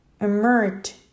emerge